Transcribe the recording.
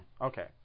Okay